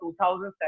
2007